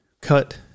Cut